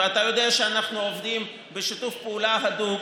ואתה יודע שאנחנו עובדים בשיתוף פעולה הדוק,